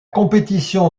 compétition